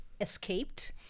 escaped